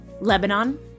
Lebanon